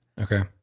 Okay